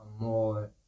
more